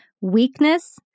weakness